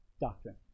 doctrine